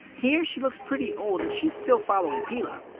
here she looks pretty old and she is still following pilaf.